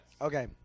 Okay